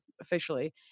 officially